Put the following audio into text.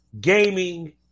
gaming